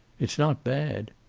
it's not bad.